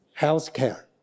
healthcare